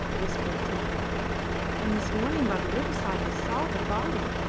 whispered taminah and this morning by the riverside i saw the body.